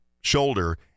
shoulder